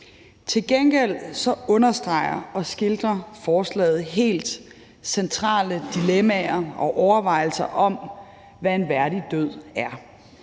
Til gengæld understreger og skildrer forslaget helt centrale dilemmaer og overvejelser om, hvad en værdig død er.